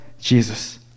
jesus